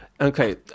Okay